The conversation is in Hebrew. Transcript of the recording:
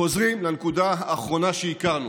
חוזרים לנקודה האחרונה שהכירו.